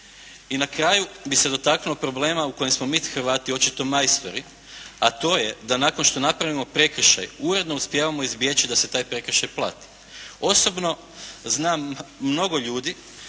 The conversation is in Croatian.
I na kraju bih se dotaknuo problema u kojem smo mi Hrvati očito majstori, a to je da nakon što napravimo prekršaj uredno uspijevamo izbjeći da se taj prekršaj plati. Osobno znam mnogo ljudi